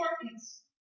importance